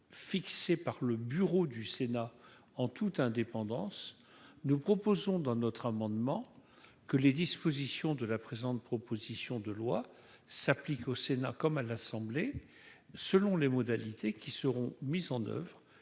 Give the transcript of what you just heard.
fixées par le bureau du Sénat en toute indépendance, nous proposons dans notre amendement que les dispositions de la présente proposition de loi s'applique au Sénat comme à l'Assemblée, selon les modalités qui seront mises en oeuvre